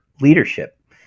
leadership